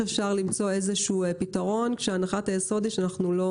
אפשר למצוא איזשהו פתרון כשהנחת היסוד היא שאנחנו לא